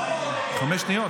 חמש שניות.